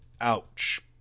Ouch